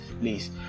please